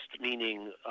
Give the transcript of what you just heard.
meaning